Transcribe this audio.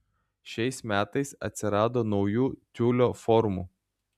šiais metais atsirado naujų tiulio formų